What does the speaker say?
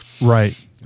Right